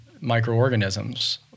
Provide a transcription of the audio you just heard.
microorganisms